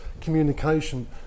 communication